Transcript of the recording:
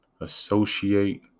associate